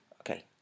Okay